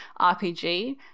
RPG